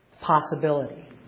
possibility